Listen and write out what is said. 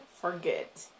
forget